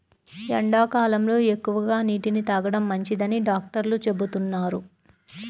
ఎండాకాలంలో ఎక్కువగా నీటిని తాగడం మంచిదని డాక్టర్లు చెబుతున్నారు